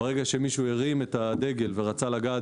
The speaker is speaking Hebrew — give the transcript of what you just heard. ברגע שמישהו הרים את הדגל ורצה לגעת